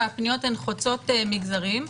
והפניות הן חוצות מגזרים.